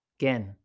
Again